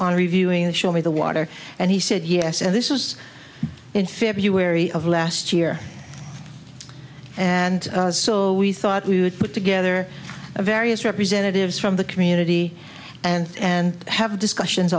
on reviewing the show me the water and he said yes and this was in february of last year and so we thought we would put together a various representatives from the community and and have discussions